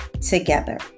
together